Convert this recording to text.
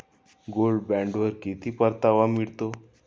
Gold बॉण्डवर किती परतावा मिळतो?